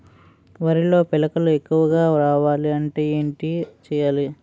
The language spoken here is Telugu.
వరిలో పిలకలు ఎక్కువుగా రావాలి అంటే ఏంటి చేయాలి?